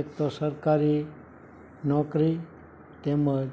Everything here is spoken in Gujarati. એક તો સરકારી નોકરી તેમજ